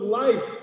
life